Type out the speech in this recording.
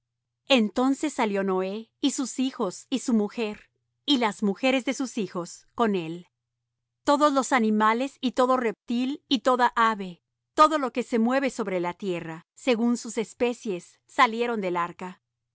entonces salió noé y sus hijos y su mujer y las mujeres de sus hijos con él todos los animales y todo reptil y toda ave todo lo que se mueve sobre la tierra según sus especies salieron del arca